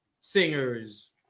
singers